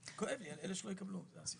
כואב לי על אלו שלא יקבלו, מה לעשות?